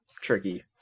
tricky